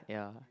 ya